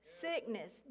sickness